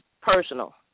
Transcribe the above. personal